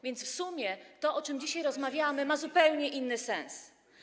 więc w sumie to, o czym dzisiaj rozmawiamy, ma zupełnie inny sens.